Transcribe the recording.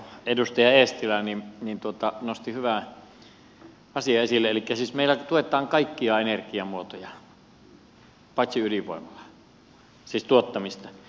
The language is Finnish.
edustaja eestilä nosti hyvän asian esille elikkä siis meillä tuetaan kaikkia energiamuotoja paitsi ydinvoimaa siis tuottamista